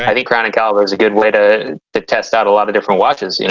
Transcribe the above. i think crown and caliber is a good way to to test out a lot of different watches,